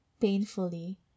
painfully